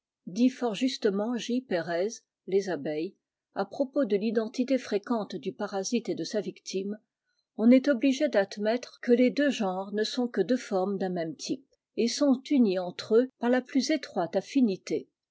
dit fort justement j perez les abeilles à propos de l'identité fréquente du parasite et de sa victime on est obligé d'admettre que les deux genres ne soat que deux formes d'un même type et sont unis entre eux par la plus étroite affinité